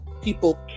people